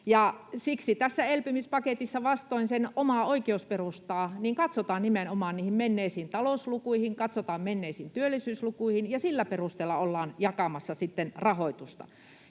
Siksi tässä elpymispaketissa vastoin sen omaa oikeusperustaa katsotaan nimenomaan niihin menneisiin talouslukuihin, katsotaan menneisiin työllisyyslukuihin ja sillä perusteella ollaan jakamassa sitten rahoitusta.